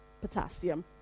potassium